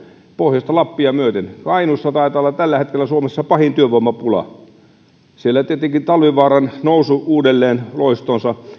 pohjoista lappia myöten kainuussa taitaa olla tällä hetkellä suomen pahin työvoimapula siellä on tietenkin luotu talvivaaran nousu uudelleen loistoonsa